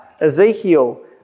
Ezekiel